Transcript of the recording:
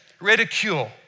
ridicule